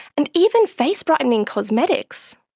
and even face-brightening cosmetics.